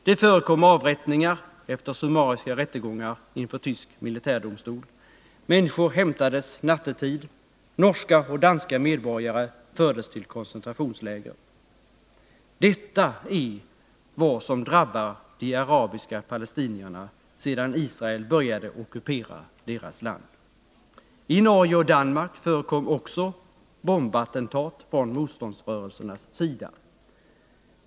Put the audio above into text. Det förekom avrättningar efter summariska rättegångar inför tysk militärdomstol, människor hämtades nattetid, norska och danska medborgare fördes till koncentrationsläger. Detta är vad som drabbar de arabiska palestinierna sedan Israel började ockupera deras land. I Norge och Danmark förekom också bombattentat från motståndsrörelsernas sida.